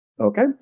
Okay